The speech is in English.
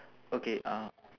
okay uh